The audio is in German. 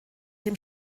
dem